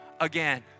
again